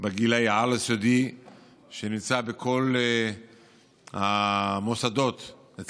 לגילאי על-יסודי שנמצא בכל המוסדות לגיל הזה,